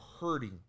hurting